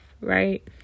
right